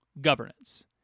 Governance